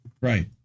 right